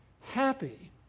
Happy